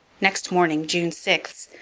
next morning, june six,